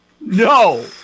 no